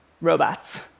robots